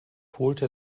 holte